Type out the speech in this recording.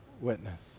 witness